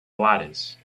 lattice